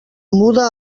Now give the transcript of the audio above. muda